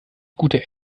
gute